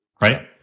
right